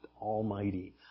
Almighty